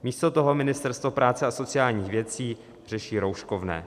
Místo toho Ministerstvo práce a sociálních věcí řeší rouškovné.